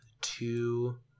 two